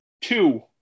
Two